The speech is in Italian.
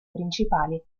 principali